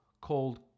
called